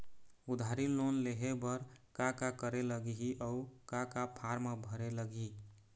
उधारी लोन लेहे बर का का करे लगही अऊ का का फार्म भरे लगही?